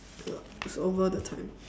it's over the time